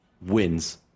wins